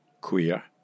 queer